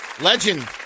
Legend